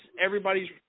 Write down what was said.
everybody's